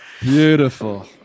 beautiful